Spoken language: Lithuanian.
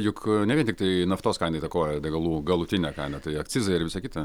juk ne vien tiktai naftos kaina įtakoja degalų galutinę kainą tai akcizai ir visa kita